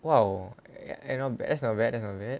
!wow! eh not bad that's not bad that's not bad